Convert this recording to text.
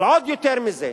אבל עוד יותר מזה,